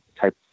type